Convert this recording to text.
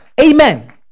Amen